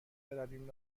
برویم